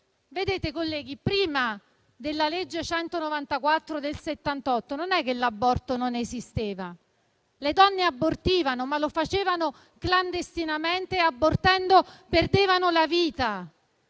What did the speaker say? senso. Colleghi, prima della legge n. 194 del 1978 l'aborto già esisteva. Le donne abortivano, ma lo facevano clandestinamente e abortendo perdevano la vita.